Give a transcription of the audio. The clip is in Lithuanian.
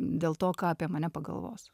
dėl to ką apie mane pagalvos